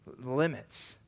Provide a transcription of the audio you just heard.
limits